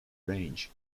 range